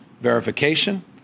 verification